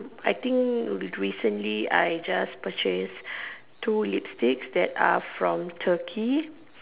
I think recently I just purchased two lipsticks that are from turkey